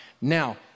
Now